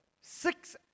Six